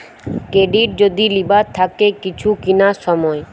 credit যদি লিবার থাকে কিছু কিনার সময়